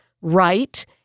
right